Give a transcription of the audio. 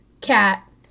Cat